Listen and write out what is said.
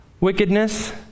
wickedness